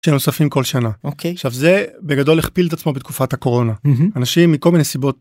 שנוספים כל שנה. אוקיי. עכשיו זה בגדול הכפיל את עצמו בתקופת הקורונה. אנשים מכל מיני סיבות